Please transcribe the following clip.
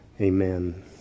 Amen